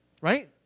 right